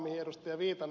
viitanen edellä